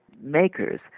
makers